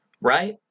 right